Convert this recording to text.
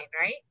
right